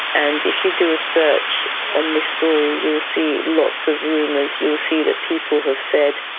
and if you do a search on this story you will see lots of rumours, you'll see that people have said,